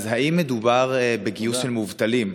האם מדובר בגיוס של מובטלים?